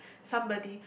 somebody